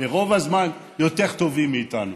רוב הזמן יותר טובים מאיתנו,